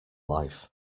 life